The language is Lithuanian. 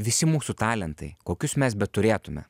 visi mūsų talentai kokius mes beturėtume